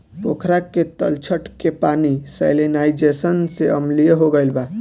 पोखरा के तलछट के पानी सैलिनाइज़ेशन से अम्लीय हो गईल बा